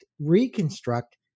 reconstruct